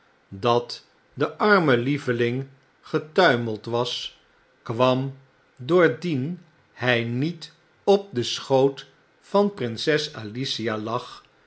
dat de arme lieveling getuimeld was kwam doordien hy niet op den schoot der prinses alicia lag